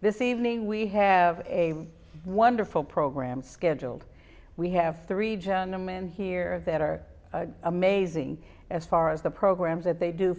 this evening we have a wonderful program scheduled we have three gentlemen here that are amazing as far as the programs that they do